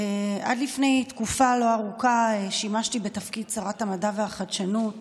עד לפני תקופה לא ארוכה שימשתי בתפקיד שרת המדע והחדשנות